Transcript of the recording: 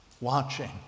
watching